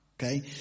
okay